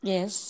Yes